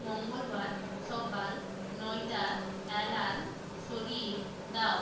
মঙ্গলবার সকাল নয়টার অ্যালার্ম সরিয়ে দাও